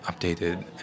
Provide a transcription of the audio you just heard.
updated